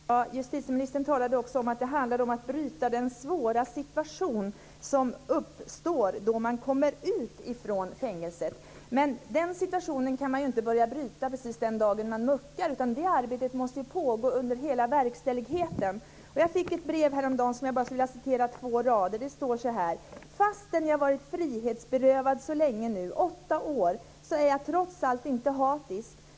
Fru talman! Justitieministern talade också om att det handlade om att göra något åt den svåra situation som uppstår då man kommer ut från fängelset. Den situationen kan man inte börja göra någonting åt precis den dagen man muckar. Det arbetet måste ju pågå under hela verkställigheten. Jag fick ett brev häromdagen som jag skulle vilja läsa upp två rader ifrån. Det står så här: Fastän jag varit frihetsberövad så länge nu - åtta år - är jag trots allt inte hatisk.